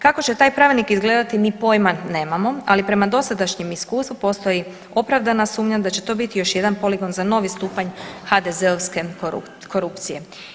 Kako će taj pravilnik izgledati mi pojma nemamo, ali prema dosadašnjem iskustvu postoji opravdana sumnja da će to biti još jedan poligon za novi stupanj HDZ-ovske korupcije.